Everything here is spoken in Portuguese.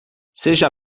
seja